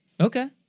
Okay